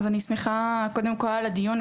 אני שמחה על הדיון,